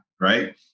right